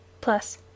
plus